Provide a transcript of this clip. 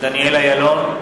דניאל אילון,